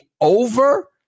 over